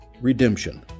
Redemption